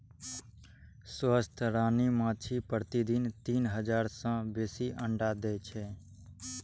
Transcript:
स्वस्थ रानी माछी प्रतिदिन तीन हजार सं बेसी अंडा दै छै